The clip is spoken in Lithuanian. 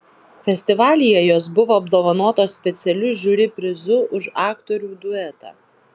festivalyje jos buvo apdovanotos specialiu žiuri prizu už aktorių duetą